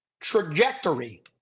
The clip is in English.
trajectory